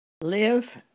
live